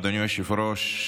אדוני היושב-ראש,